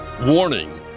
Warning